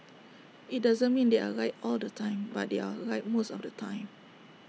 IT doesn't mean they are right all the time but they are right most of the time